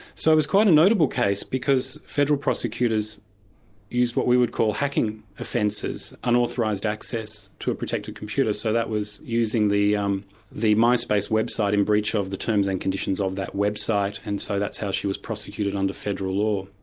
so it was quite a notable case because federal prosecutors use what we would call hacking offences, unauthorised access to a protected computer, so that was using the um the myspace website in breach ah of the terms and conditions of that website, and so that's how she was prosecuted under federal law.